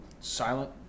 Silent